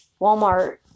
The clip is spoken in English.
Walmart